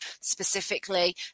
specifically